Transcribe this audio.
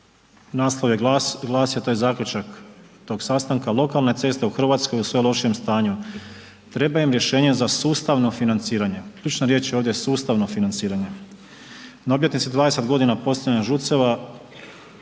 naslov je glasio, taj zaključak tog sastanka, lokalne ceste u Hrvatskoj u sve lošijem stanju, treba im rješenje za sustavno financiranje, ključna riječ ovdje je sustavno financiranje. Na obljetnici 20 g. postavljanja ŽUC-eva,